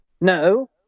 No